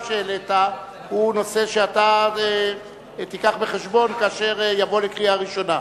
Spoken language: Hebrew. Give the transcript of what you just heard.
שהעלית הוא נושא שאתה תיקח בחשבון כאשר יבוא לקריאה ראשונה.